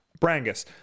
Brangus